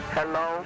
Hello